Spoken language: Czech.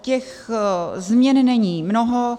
Těch změn není mnoho.